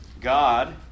God